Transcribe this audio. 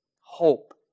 Hope